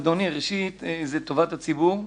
אדוני, ראשית זה טובת הציבור.